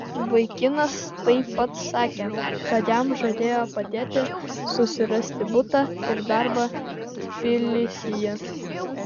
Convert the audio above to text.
vaikinas taip pat sakė kad jam žadėjo padėti susirasti butą ir darbą tbilisyje